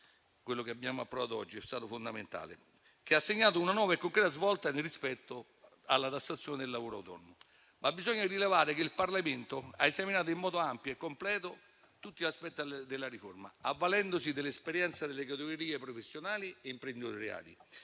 sullo stesso debito si duplicavano i pignoramenti. Questo ha segnato una nuova e concreta svolta rispetto alla tassazione del lavoro autonomo, ma bisogna rilevare che il Parlamento ha esaminato in modo ampio e completo tutti gli aspetti della riforma, avvalendosi dell'esperienza delle categorie professionali e imprenditoriali,